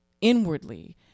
inwardly